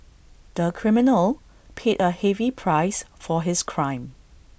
the criminal paid A heavy price for his crime